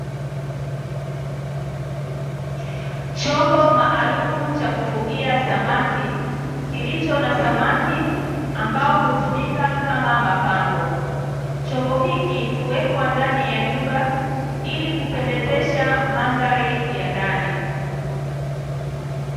Chombo maalumu cha kufugia samaki kilicho na samaki ambao hutumika kama mapambo. Chombo hiki huwekwa ndani ya nyumba ili kupendezesha mandhari ya ndani.